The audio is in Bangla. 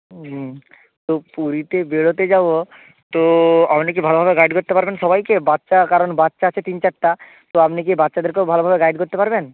হুম তো পুরীতে বেরোতে যাবো তো আপনি কি ভালোভাবে গাইড করতে পারবেন সবাইকে বাচ্চা কারণ বাচ্চা আছে তিন চারটা তো আপনি কি বাচ্চাদেরকেও ভালোভাবে গাইড করতে পারবেন